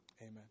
Amen